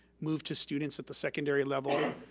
move to students at the secondary level,